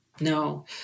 no